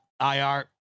IR